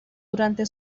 durante